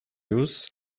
use